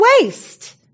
waste